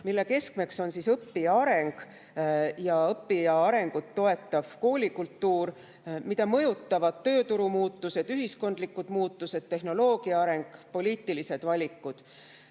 mille keskmeks on õppija areng ja õppija arengut toetav koolikultuur, mida mõjutavad tööturumuutused, ühiskondlikud muutused, tehnoloogia areng, poliitilised valikud.